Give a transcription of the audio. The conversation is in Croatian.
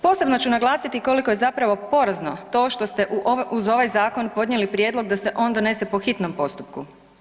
Posebno ću naglasiti koliko je zapravo porazno to što ste uz ovaj zakon podnijeli i prijedlog da se on donese po hitnom postupku.